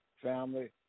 family